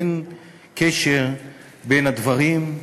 אין קשר בין הדברים,